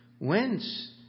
Whence